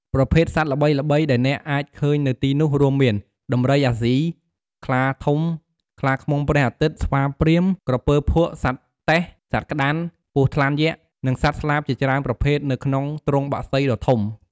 ប្រភេទសត្វល្បីៗដែលអ្នកអាចឃើញនៅទីនោះរួមមាន ដំរីអាស៊ី ខ្លាធំ ខ្លាឃ្មុំព្រះអាទិត្យ ស្វាព្រាហ្មណ៍ ក្រពើភក់ សត្វតេះ សត្វក្តាន់ ពស់ថ្លាន់យក្ស និងសត្វស្លាបជាច្រើនប្រភេទនៅក្នុងទ្រុងបក្សីដ៏ធំ។